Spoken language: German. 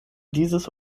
dieses